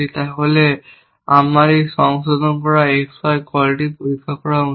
তাহলে আমার এই সংশোধন করা XY কলটি পরীক্ষা করা উচিত